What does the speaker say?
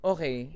Okay